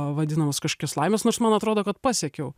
vadinamos kažkokios laimės nors man atrodo kad pasiekiau